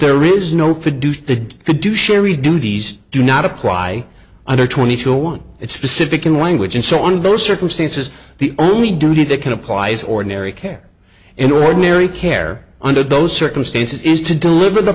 there is no produce they could do sherry duties do not apply under twenty to a one it's specific in language and so on those circumstances the only duty they can apply is ordinary care and ordinary care under those circumstances is to deliver the